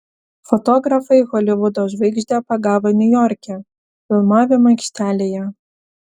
fotografai holivudo žvaigždę pagavo niujorke filmavimo aikštelėje